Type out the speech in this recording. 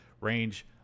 range